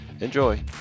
Enjoy